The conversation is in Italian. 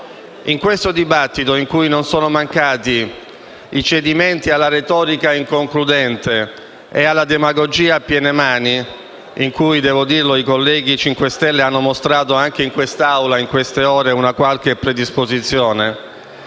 In questo dibattito, in cui non sono mancati i cedimenti alla retorica inconcludente e alla demagogia a piene mani, cui - devo dirlo - i colleghi Cinque stelle hanno mostrato anche in questa Aula, in queste ore, una qualche predisposizione,